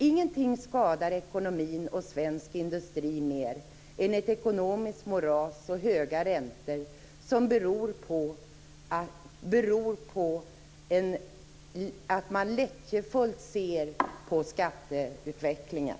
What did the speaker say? Ingenting skadar ekonomin och den svenska industrin mer än ett ekonomiskt moras och höga räntor som beror på att man ser lättjefullt på skatteutvecklingen.